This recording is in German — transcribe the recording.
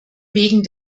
wegen